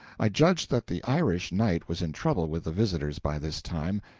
i judged that the irish knight was in trouble with the visitors by this time,